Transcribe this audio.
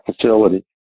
facility